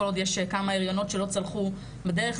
כל עוד יש כמה הריונות שלא צלחו בדרך.